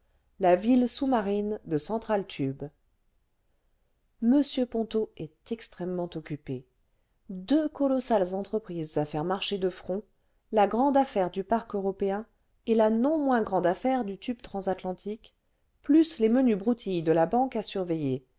la ville sous-marine de central tube m ponto est extrêmement occupé deux colossales entreprises à faire marcher de front la grande affaire du parc européen et la non moins grande affaire du tube transatlantique plus les menues broutilles de la banque à surveiller